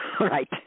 right